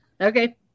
Okay